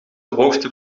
hoogte